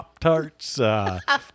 Pop-Tarts